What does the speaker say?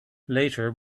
later